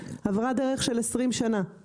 הטווח הזה אי אפשר לחכות עד שנקבל החלטה,